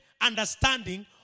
understanding